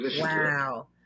Wow